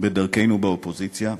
בדרכנו באופוזיציה,